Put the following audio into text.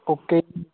okay